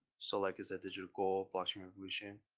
so like is that digital gold, blockchain revolution,